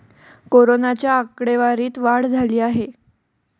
कोरोनाच्या आकडेवारीत वाढ झाली आहे